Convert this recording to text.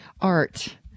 art